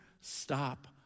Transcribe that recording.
stop